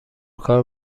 کار